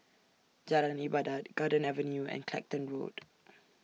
Jalan Ibadat Garden Avenue and Clacton Road